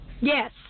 Yes